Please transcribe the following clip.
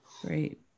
Great